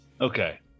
Okay